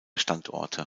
standorte